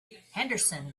henderson